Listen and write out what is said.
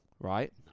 right